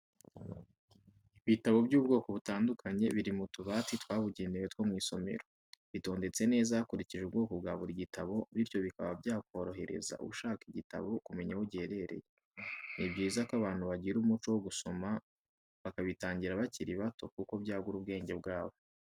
Ibitabo by'ubwoko butandukanye biri mu tubati twabugenewe two mu isomero, bitondetse neza hakurikijwe ubwoko bwa buri gitabo bityo bikaba byakorohereza ushaka igitabo kumenya aho giherereye, ni byiza ko abantu bagira umuco wo gusoma, bakabitangira bakiri bato kuko byagura ubwenge bwabo.